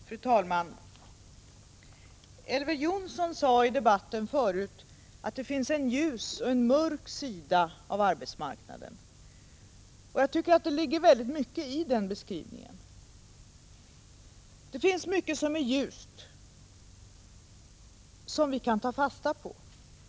Fru talman! Elver Jonsson sade tidigare i debatten att det finns en ljus och en mörk sida av arbetsmarknaden. Jag tycker att det ligger väldigt mycket i den beskrivningen. Det finns mycket som är ljust som vi kan ta fasta på.